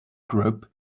group